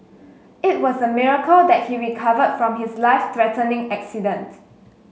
it was a miracle that he recovered from his life threatening accident